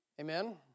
Amen